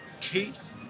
Keith